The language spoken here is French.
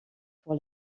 pour